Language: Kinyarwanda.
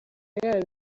yaba